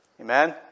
Amen